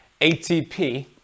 ATP